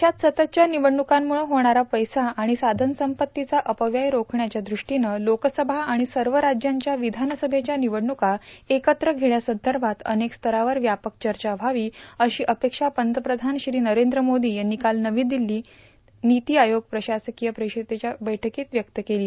देशात सततच्या निवडणुकांमुळं होणारा पैसा आणि साधनसंपत्तीचा अपव्यय रोखण्याच्या द्रष्टीनं लोकसभा आणि सर्व राज्यांच्या विधानसभेच्या निवडणुका एकत्र घेण्यासंदर्भात अनेक स्तरावर व्यापक चर्चा व्हावी अशी अपेक्षा पंतप्रधान श्री नरेंद्र मोदी यांनी काल नवी दिल्लीत नीती आयोग प्रशासकीय परिषदेच्या बैठकीत व्यक्त केली